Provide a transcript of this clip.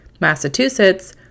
Massachusetts